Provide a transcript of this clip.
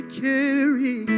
carry